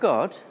God